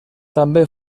també